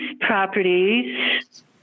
properties